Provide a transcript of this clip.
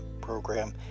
program